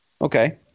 Okay